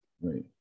Right